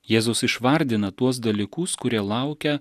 jėzus išvardina tuos dalykus kurie laukia